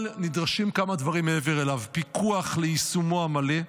אבל נדרשים כמה דברים מעבר אליו: פיקוח ליישומו המלא,